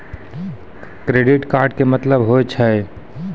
Credit card के मतलब होय छै?